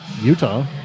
Utah